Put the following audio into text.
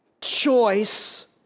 choice